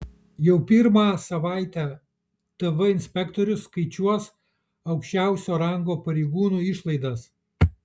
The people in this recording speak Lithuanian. jau pirmą savaitę tv inspektorius skaičiuos aukščiausio rango pareigūnų išlaidas